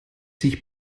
sich